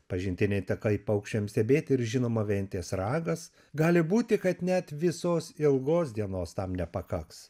pažintiniai takai paukščiams stebėti ir žinoma ventės ragas gali būti kad net visos ilgos dienos tam nepakaks